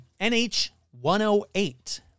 NH-108